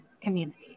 community